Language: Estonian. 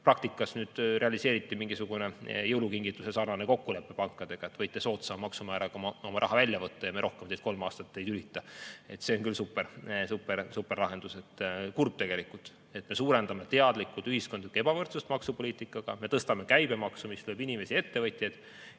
Praktikas realiseeriti mingisugune jõulukingituse moodi kokkulepe pankadega, et võite soodsa maksumääraga oma raha välja võtta ja me rohkem teid kolm aastat ei tülita. See on küll superlahendus! Kurb tegelikult, et me suurendame teadlikult ühiskondlikku ebavõrdsust oma maksupoliitikaga. Me tõstame käibemaksu, mis lööb inimesi ja ettevõtjaid,